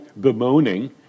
bemoaning